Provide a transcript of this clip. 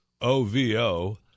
OVO